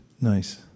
nice